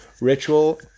ritual